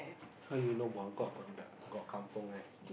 how you know Buangkok got Kampung there